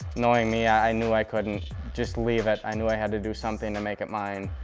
knowing me, i knew i couldn't just leave it. i knew i had to do something to make it mine.